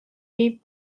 viib